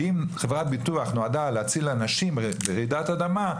אם חברת ביטוח נועדה להציל אנשים ברעידת אדמה,